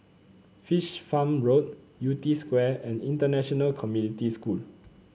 Fish Farm Road Yew Tee Square and International Community School